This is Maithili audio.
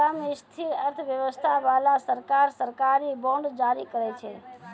कम स्थिर अर्थव्यवस्था बाला सरकार, सरकारी बांड जारी करै छै